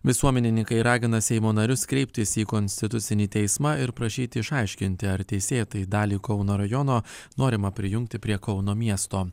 visuomenininkai ragina seimo narius kreiptis į konstitucinį teismą ir prašyti išaiškinti ar teisėtai dalį kauno rajono norima prijungti prie kauno miesto